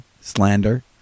slander